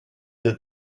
that